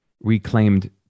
Reclaimed